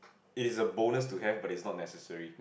it is a bonus to have but is not necessary